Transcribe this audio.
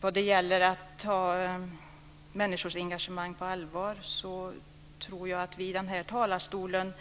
Jag tror att vi i den här talarstolen